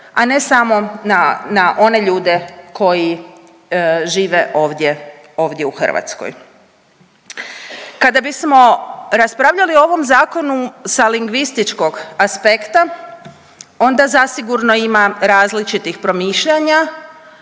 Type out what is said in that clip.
a ne samo na one ljude koji žive ovdje u Hrvatskoj. Kada bismo raspravljali o ovom zakonu sa lingvističkog aspekta onda zasigurno ima različitih promišljanja